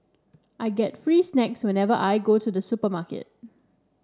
I get free snacks whenever I go to the supermarket